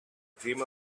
dream